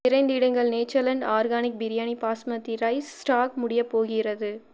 விரைந்திடுங்கள் Natureland organic biryani basmati rice stock முடியப் போகிறது